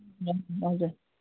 हजुर हजुर